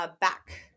back